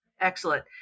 Excellent